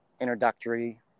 introductory